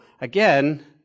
again